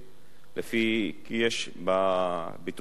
בביטוחי אופנועים,